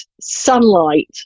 sunlight